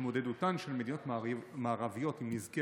התמודדותן של מדינות מערביות עם נזקי